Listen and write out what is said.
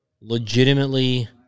Legitimately